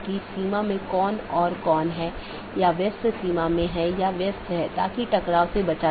इसके बजाय हम जो कह रहे हैं वह ऑटॉनमस सिस्टमों के बीच संचार स्थापित करने के लिए IGP के साथ समन्वय या सहयोग करता है